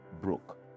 broke